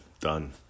done